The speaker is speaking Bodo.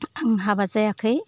आं हाबा जायाखै